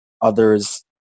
others